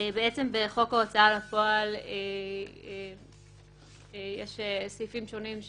בחוק ההוצאה לפועל יש סעיפים שונים,